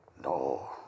No